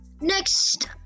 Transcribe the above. next